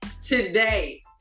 today